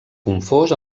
confós